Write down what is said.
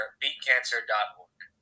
beatcancer.org